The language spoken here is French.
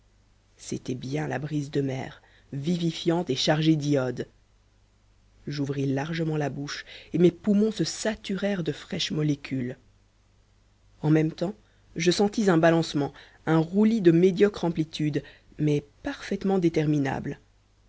c'était bien la brise de mer vivifiante et chargée d'iode j'ouvris largement la bouche et mes poumons se saturèrent de fraîches molécules en même temps je sentis un balancement un roulis de médiocre amplitude mais parfaitement